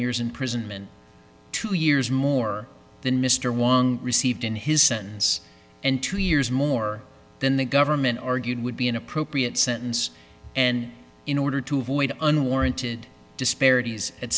years in prison and two years more than mr wong received in his sentence and two years more than the government argued would be an appropriate sentence and in order to avoid unwarranted disparities at